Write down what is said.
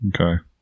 Okay